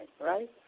right